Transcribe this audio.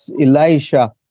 Elisha